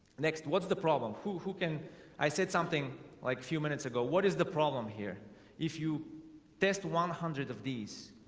next what's the problem? who who can i said something like few minutes ago? what is the here if you test one hundred of these?